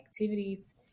activities